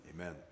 Amen